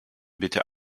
bitte